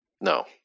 No